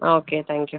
ah okay thank you